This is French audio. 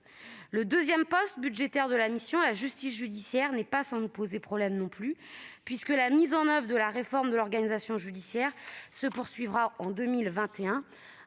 Le deuxième poste budgétaire de la mission, la justice judiciaire, n'est pas sans poser problème non plus, puisque la mise en oeuvre de la réforme de l'organisation judiciaire se poursuivra en 2021.